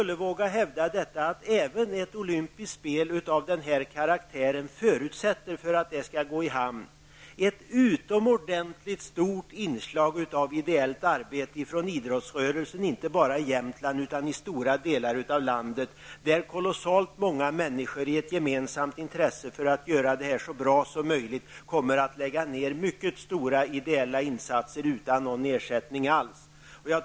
Jag vågar hävda att även ett olympiskt spel av den här karaktären förutsätter ett utomordentligt stort inslag av ideellt arbete från idrottsrörelsen, inte bara i Jämtland utan i stora delar av landet, för att det skall gå i hamn. Kolossalt många människor kommer i ett gemensamt intresse att lägga ned mycket stora ideella insatser utan någon ersättning alls för att göra detta så bra som möjligt.